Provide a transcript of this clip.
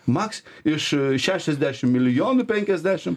maks iš šešiasdešim milijonų penkiasdešim